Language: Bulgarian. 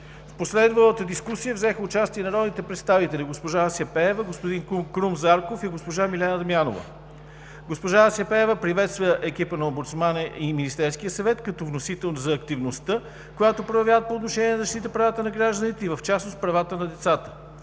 В последвалата дискусия взеха участие народните представители госпожа Ася Пеева, господин Крум Зарков и госпожа Милена Дамянова. Госпожа Ася Пеева приветства екипа на омбудсмана и Министерския съвет като вносител за активността, която проявяват по отношение на защита правата на гражданите и в частност правата на децата,